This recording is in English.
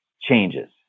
changes